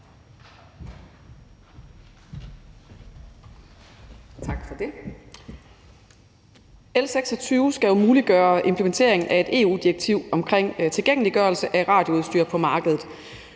Tak for det. L 26 skal jo muliggøre implementeringen af et EU-direktiv om tilgængeliggørelse af radioudstyr på markedet.